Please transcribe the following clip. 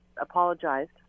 apologized